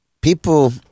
People